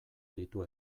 ditu